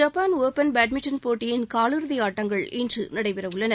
Japan open badminton போட்டியின் காவிறதி ஆட்டங்கள் இன்று நடைபெறவுள்ளன